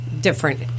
different